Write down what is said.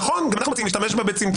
נכון, גם אנחנו מציעים להשתמש בה בצמצום.